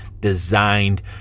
designed